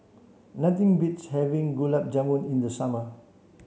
nothing beats having Gulab Jamun in the summer